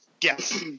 Yes